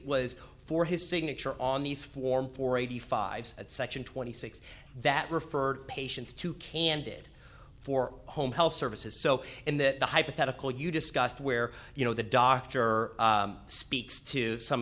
was for his signature on these form for eighty five that section twenty six that referred patients to candide for home health services so in the hypothetical you discussed where you know the doctor speaks to some